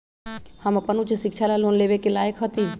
हम अपन उच्च शिक्षा ला लोन लेवे के लायक हती?